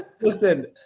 Listen